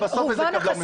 ובסוף איזה קבלן.